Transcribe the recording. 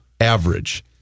average